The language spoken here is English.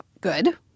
good